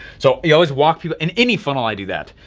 so you always walk people in any funnel i do that.